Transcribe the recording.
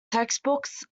textbooks